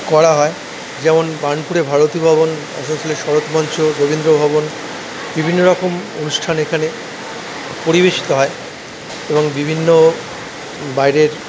করা হয় যেমন বার্নপুরে ভারতিভবন শরতমঞ্চ রবীন্দ্রভবন বিভিন্নরকম অনুষ্ঠান এখানে পরিবেশিত হয় এবং বিভিন্ন বাইরের